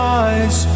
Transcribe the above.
eyes